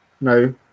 No